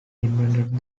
invented